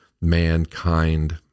Mankind